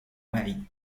معي